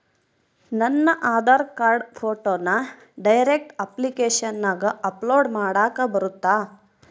ನನ್ನ ಆಧಾರ್ ಕಾರ್ಡ್ ಫೋಟೋನ ಡೈರೆಕ್ಟ್ ಅಪ್ಲಿಕೇಶನಗ ಅಪ್ಲೋಡ್ ಮಾಡಾಕ ಬರುತ್ತಾ?